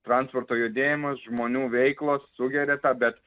transporto judėjimas žmonių veiklos sugeria tą bet